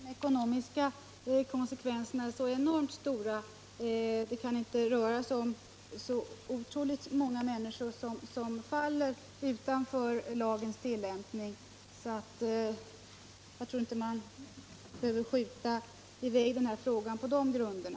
Herr talman! Jag tror inte att de ekonomiska konsekvenserna är så enormt stora att man behöver skjuta på frågan på de grunderna — det kan inte röra sig om särskilt många människor som faller utanför lagens tillämpning.